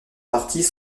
partis